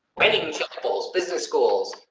many people's business schools,